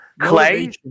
Clay